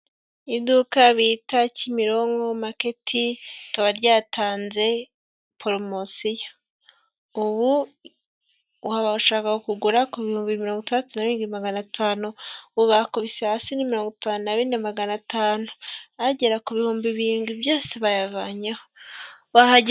Iduka bita Kimironko market, rikaba ryatanze poromosiyo, ubu wabashaka kugura ku bihumbi mirongo itandatu na birindwi magana atanu, ubu bakubise hasi ni mirongo itanu na bine magana atanu, agera ku bihumbi birindwi byose bayavanyeho, wahage...